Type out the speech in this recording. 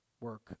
work